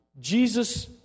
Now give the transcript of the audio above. Jesus